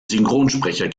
synchronsprecher